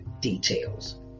details